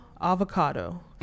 avocado